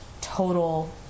total